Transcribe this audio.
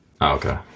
okay